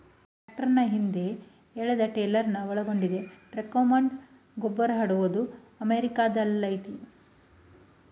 ಟ್ರಾಕ್ಟರ್ನ ಹಿಂದೆ ಎಳೆದಟ್ರೇಲರ್ನ ಒಳಗೊಂಡಿದೆ ಟ್ರಕ್ಮೌಂಟೆಡ್ ಗೊಬ್ಬರಹರಡೋದು ಅಮೆರಿಕಾದಲ್ಲಯತೆ